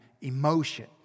emotion